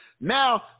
Now